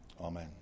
Amen